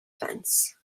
fence